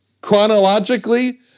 Chronologically